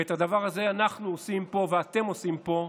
את הדבר הזה אנחנו עושים פה ואתם עושים פה,